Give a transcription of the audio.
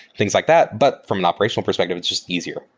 things like that. but from an operational perspective, it's just easier.